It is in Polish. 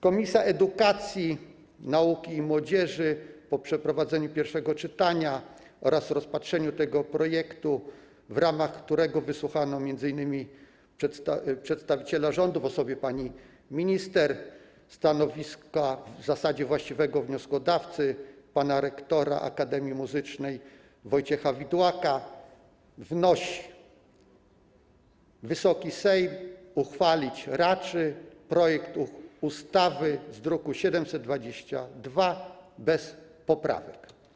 Komisja Edukacji, Nauki i Młodzieży po przeprowadzeniu pierwszego czytania oraz rozpatrzeniu tego projektu, w ramach którego wysłuchano m.in. przedstawiciela rządu w osobie pani minister, stanowiska w zasadzie właściwego wnioskodawcy, pana rektora Akademii Muzycznej Wojciecha Widłaka, wnosi: Wysoki Sejm uchwalić raczy projekt ustawy z druku nr 722 bez poprawek.